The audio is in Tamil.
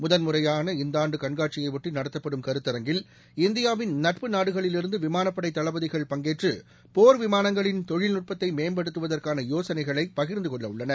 முதன்முறையான இந்தாண்டுகண்காட்சியையொட்டிநடத்தப்படும் கருத்தரங்கில் இந்தியாவின் நட்பு நாடுகளிலிருந்துவிமானபடைதளபதிகள் பங்கேற்றபோர் விமானங்களின் தொழில்நுட்பத்தைமேம்படுத்துவதற்கானயோசனைகளைபகிர்ந்தகொள்ளஉள்ளனர்